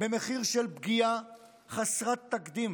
במחיר של פגיעה חסרת תקדים